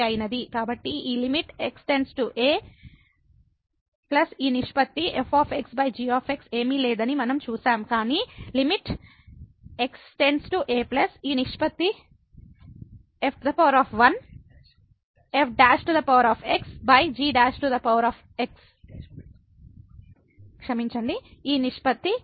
కాబట్టి ఈ xa ఈ నిష్పత్తి fg ఏమీ లేదని మనం చూశాం కాని xa ఈ నిష్పత్తి f 1g1